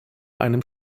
einem